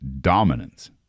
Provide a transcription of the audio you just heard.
dominance